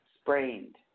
Sprained